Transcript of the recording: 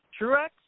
Truex